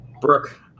brooke